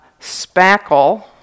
spackle